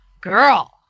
Girl